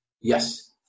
Yes